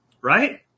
Right